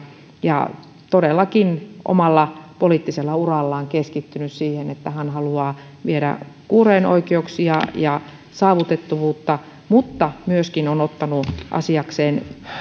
ja todellakin omalla poliittisella urallaan keskittynyt siihen että hän haluaa viedä kuurojen oikeuksia ja saavutettavuutta eteenpäin mutta on ottanut asiakseen myöskin